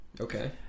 Okay